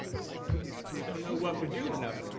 like so don't know what we're doing up